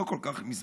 לא כל כך מזמן,